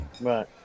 Right